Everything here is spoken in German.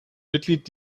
mitglied